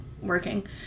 working